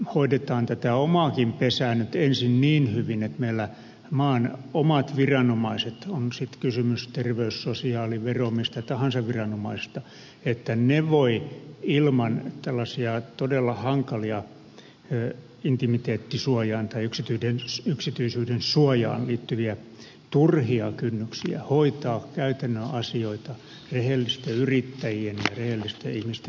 hoidetaan tätä omaakin pesää nyt ensin niin hyvin että meillä maan omat viranomaiset on sitten kysymys terveys sosiaali vero mistä tahansa viranomaisesta voivat ilman tällaisia todella hankalia intimiteettisuojaan tai yksityisyyden suojaan liittyviä turhia kynnyksiä hoitaa käytännön asioita rehellisten yrittäjien ja rehellisten ihmisten hyväksi